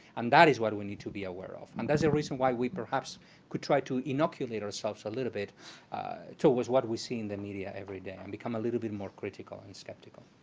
and that is what we need to be aware of. and that's a reason why we perhaps could try to inoculate ourselves a little bit towards what we see in the media every day, and become a little bit more critical and skeptical.